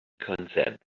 consents